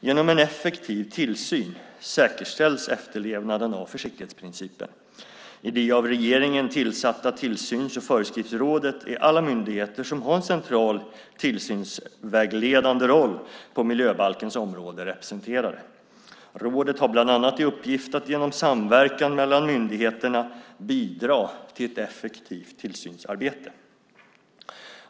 Genom en effektiv tillsyn säkerställs efterlevnaden av försiktighetsprincipen. I det av regeringen tillsatta Tillsyns och föreskriftsrådet är alla myndigheter som har en central tillsynsvägledande roll på miljöbalkens område representerade. Rådet har bland annat i uppgift att genom samverkan mellan myndigheterna bidra till ett effektivt tillsynsarbete.